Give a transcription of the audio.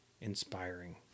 inspiring